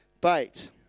bait